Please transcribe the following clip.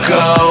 go